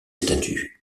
statues